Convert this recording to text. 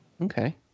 Okay